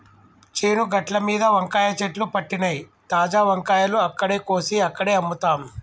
చేను గట్లమీద వంకాయ చెట్లు పెట్టినమ్, తాజా వంకాయలు అక్కడే కోసి అక్కడే అమ్ముతాం